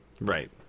Right